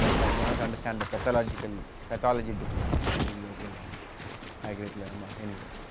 but to understand the pathological, pathology difference between low-grade and high-grade glioma is anyway.